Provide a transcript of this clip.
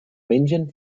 mengen